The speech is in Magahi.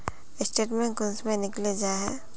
स्टेटमेंट कुंसम निकले जाहा?